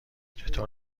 چطور